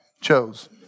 chose